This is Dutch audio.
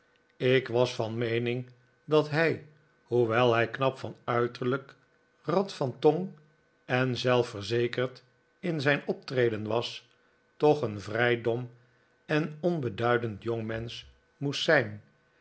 ik was van meening dat hij hoewel hij knap van uiterlijk rad van tong en zelfverzekerd in zijn optreden was toch een vrij dom en onbeduidend jongmensch moest zijn